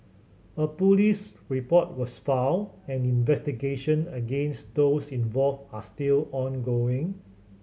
a police report was filed and investigation against those involved are still ongoing